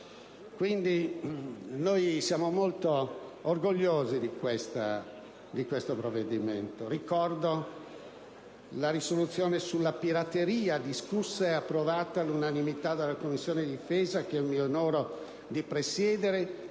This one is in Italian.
Noi siamo molto orgogliosi di questo provvedimento. Ricordo la risoluzione sulla pirateria, discussa ed approvata all'unanimità dalla Commissione difesa, che mi onoro di presiedere;